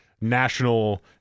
national